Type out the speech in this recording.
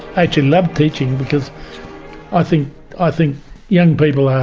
actually loved teaching, because i think i think young people are